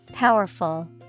Powerful